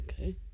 Okay